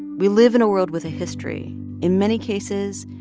we live in a world with a history in many cases,